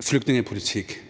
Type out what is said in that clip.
flygtningepolitik.